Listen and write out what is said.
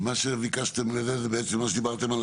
מה שביקשתם זה מה שדיברתם?